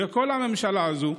לכל הממשלה הזאת,